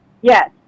Yes